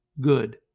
good